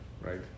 Right